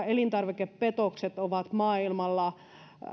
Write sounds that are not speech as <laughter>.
<unintelligible> elintarvikepetokset ovat maailmalla